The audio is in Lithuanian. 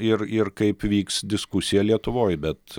ir ir kaip vyks diskusija lietuvoj bet